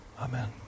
Amen